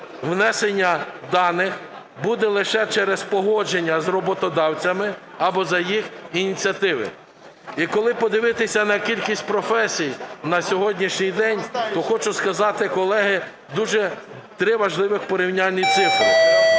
внесення даних буде лише через погодження з роботодавцями або за їх ініціативи. І коли подивитися на кількість професій на сьогоднішній день, то хочу сказати, колеги, дуже три важливі порівняльні цифри.